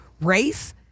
race